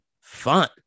fun